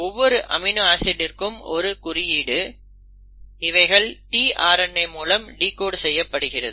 ஒவ்வொரு அமினோ ஆசிட்டிற்கு ஒரு குறியீடு இவைகள் tRNA மூலம் டிகோட் செய்யப்படுகிறது